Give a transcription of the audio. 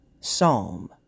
Psalm